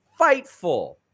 Fightful